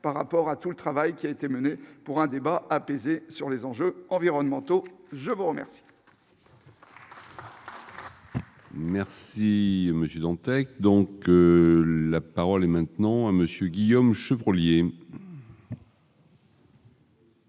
par rapport à tout le travail qui a été menée pour un débat apaisé sur les enjeux environnementaux, je vous remercie. Merci monsieur Dantec donc la parole est maintenant à monsieur Guillaume Chevron liés.